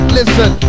listen